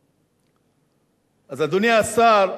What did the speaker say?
אז, אדוני השר,